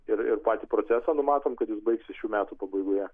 ir ir patį procesą numatom kad jis baigsis šių metų pabaigoje